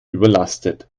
überlastet